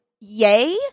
yay